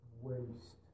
waste